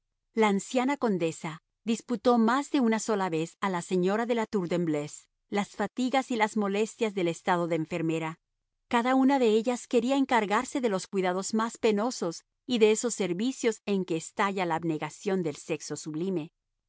la anciana condesa disputó más de una vez a la señora de la tour de embleuse las fatigas y las molestias del estado de enfermera cada una de ellas quería encargarse de los cuidados más penosos y de esos servicios en que estalla la abnegación del sexo sublime